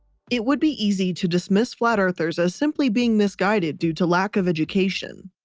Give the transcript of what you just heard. it would be easy to dismiss flat-earthers as simply being misguided, due to lack of education.